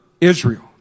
Israel